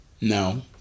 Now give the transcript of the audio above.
No